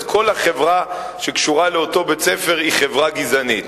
אז כל החברה שקשורה לאותו בית-ספר היא חברה גזענית.